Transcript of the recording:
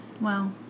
Wow